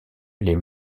les